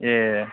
ए